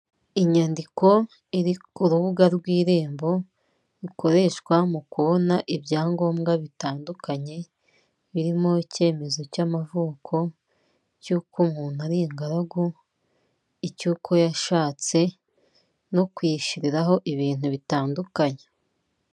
Inyandiko iri ku rubuga rw'irembo rukoreshwa mu kubona ibyangombwa bitandukanye, birimo icyemezo cy'amavuko cy'uko umuntu ari ingaragu, icy'uko yashatse no kwishyiriraho ibintu bitandukanye.